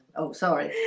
oh sorry,